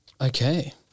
Okay